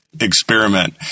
experiment